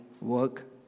work